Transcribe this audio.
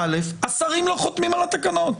השרים לא חותמים על התקנות,